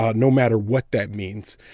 ah no matter what that means.